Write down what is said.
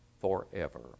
forever